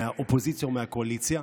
מהאופוזיציה ומהקואליציה,